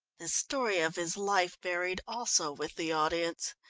the story of his life varied also with the audience.